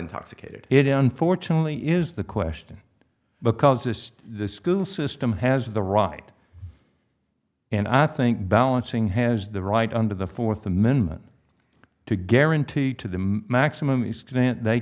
intoxicated it unfortunately is the question because just the school system has the right and i think balancing has the right under the fourth amendment to guarantee to the maximum